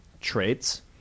traits